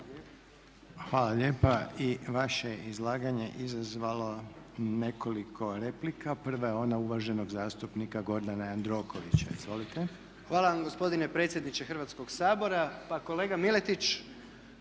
Hvala lijepa. I vaše izlaganje izazvalo je nekoliko replika, prva je ona uvaženog zastupnika Gordana Jandrokovića. Izvolite. **Jandroković, Gordan (HDZ)** Hvala vam gospodine predsjedniče Hrvatskog sabora. Pa kolega Miletić,